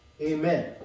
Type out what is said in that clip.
Amen